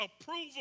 approval